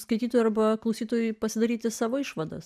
skaitytojui arba klausytojui pasidaryti savo išvadas